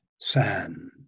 sand